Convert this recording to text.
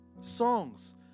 songs